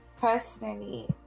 personally